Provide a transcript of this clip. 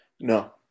No